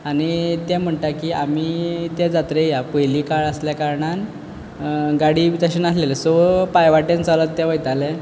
आनी ते म्हणटा की आमी ते जात्रेक पयलीं काळ आसल्या कारणान गाडी तशे नासलेलें सो पांय वाटेन चलत ते वयताले